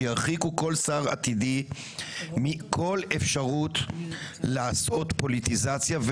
שירחיקו כל שר עתידי מכל אפשרות לעשות פוליטיזציה,